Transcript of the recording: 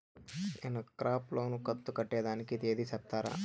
నేను crop loan కంతు కట్టేదానికి తేది సెప్తారా?